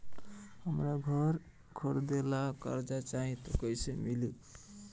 हमरा घर खरीदे ला कर्जा चाही त कैसे मिली?